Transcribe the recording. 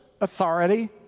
authority